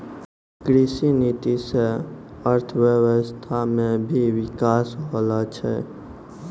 कृषि नीति से अर्थव्यबस्था मे भी बिकास होलो छै